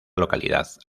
localidad